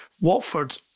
Watford